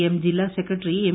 M ജില്ലാ ഉസ്ക്രട്ടറി M